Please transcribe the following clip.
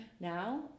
now